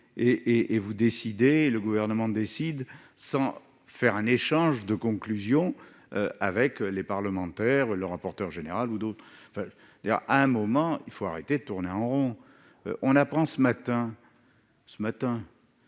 et vous décidez le gouvernement décide sans faire un échange de conclusion avec les parlementaires, le rapporteur général ou d'autres d'ailleurs, à un moment il faut arrêter de tourner en rond, on apprend ce matin ce matin